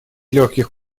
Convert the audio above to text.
легких